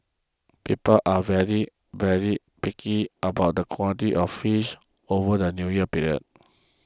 people are very very picky about the quality of fish over the New Year period